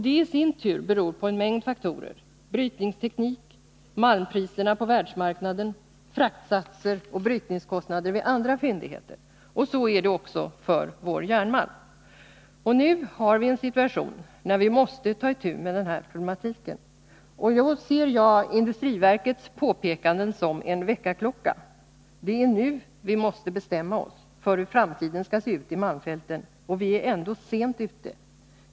Det i sin tur beror på en mängd faktorer: brytningsteknik, malmpriserna på världsmarknaden, fraktsatser och brytningskostnader vid andra fyndigheter. Så är det också för vår järnmalm. Nu har vi en situation då vi måste ta itu med denna problematik. Då ser jag industriverkets påpekanden som en väckarklocka. Det är nu vi måste bestämma oss för hur framtiden skall se ut i malmfälten. Vi är ändå sent ute.